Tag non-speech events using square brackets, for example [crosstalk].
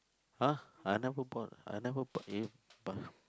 !huh! I never bought I never bought eh [noise]